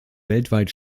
weltweit